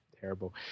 terrible